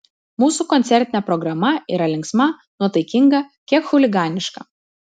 mūsų koncertinė programa yra linksma nuotaikinga kiek chuliganiška